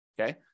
okay